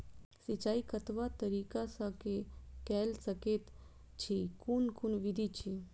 सिंचाई कतवा तरीका स के कैल सकैत छी कून कून विधि अछि?